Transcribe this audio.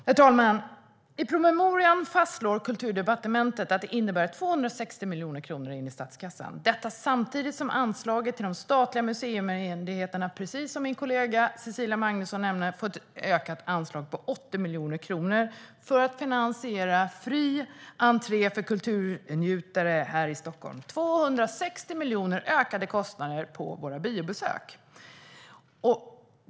Herr talman! I promemorian fastslår Kulturdepartementet att det här innebär 260 miljoner kronor in i statskassan. Detta samtidigt som de statliga museimyndigheterna, precis som min kollega Cecilia Magnusson nämnde, fått ökade anslag på 80 miljoner kronor för att finansiera fri entré för kulturnjutare här i Stockholm. Kostnaderna för våra biobesök ökar alltså med 260 miljoner.